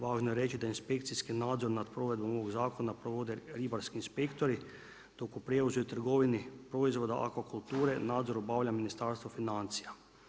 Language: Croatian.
Važno je reći da inspekcijski nadzor nad provedbom ovog zakona provode ribarski inspektori dok u prijevozu i trgovini proizvoda akvakulture, nadzor obavlja Ministarstvo financija.